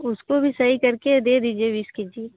उसको भी सही कर के दे दीजिए बीस के जी